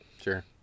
sure